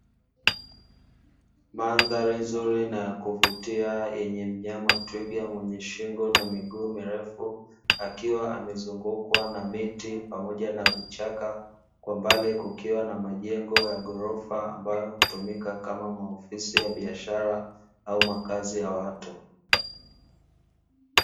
Mandhari nzuri na yakuvutia yenye mnyama twiga mwenye shingo na miguu mirefu akiwa amezungukwa na miti pamoja na vichaka, kwa mbali kukiwa na majengo ya ghorofa ambayo hutumika kama maofisi ya biashara au makazi ya watu.